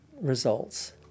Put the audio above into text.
results